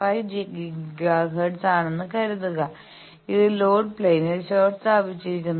5 gigahertz ആണെന്ന് കരുതുക ഇത് ലോഡ് പ്ലെയിനിൽ ഷോർട്ട് സ്ഥാപിച്ചിരിക്കുന്നു